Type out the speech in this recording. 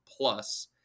plus